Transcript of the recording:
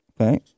Okay